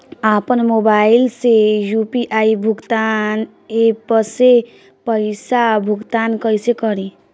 आपन मोबाइल से यू.पी.आई भुगतान ऐपसे पईसा भुगतान कइसे करि?